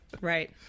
Right